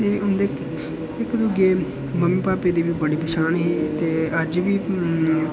ते उं'दे इक दूए दे मम्मी भापै दी बी बड़ी पंछान ही ते अज्ज बी